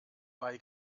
bei